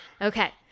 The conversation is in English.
Okay